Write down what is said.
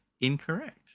incorrect